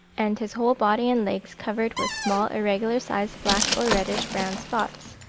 and his whole body and legs covered with small irregular-sized black or reddish-brown spots.